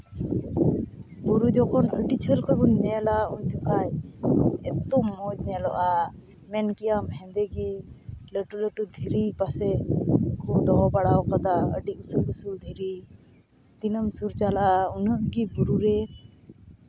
ᱵᱩᱨᱩ ᱡᱚᱠᱷᱚᱱ ᱟᱹᱰᱤ ᱡᱷᱟᱹᱞ ᱠᱷᱚᱱ ᱵᱚᱱ ᱧᱮᱞᱟ ᱩᱱ ᱡᱚᱠᱷᱟᱱ ᱮᱛᱚ ᱢᱚᱡᱽ ᱧᱮᱞᱚᱜᱼᱟ ᱢᱮᱱᱜᱮᱭᱟᱢ ᱦᱮᱸᱫᱮ ᱜᱮ ᱞᱟᱹᱴᱩ ᱞᱟᱹᱴᱩ ᱫᱷᱤᱨᱤ ᱯᱟᱥᱮᱡ ᱠᱚ ᱫᱚᱦᱚ ᱵᱟᱲᱟᱣ ᱠᱟᱫᱟ ᱟᱹᱰᱤ ᱩᱥᱩᱞ ᱩᱥᱩᱞ ᱫᱷᱤᱨᱤ ᱛᱤᱱᱟᱹᱢ ᱥᱩᱨ ᱪᱟᱞᱟᱜᱼᱟ ᱩᱱᱟᱹᱜ ᱜᱮ ᱵᱩᱨᱩ ᱨᱮ